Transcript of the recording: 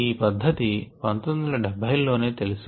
ఈ పధ్ధతి 1970 ల్లోనే తెలుసు